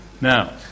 Now